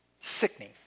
Sickening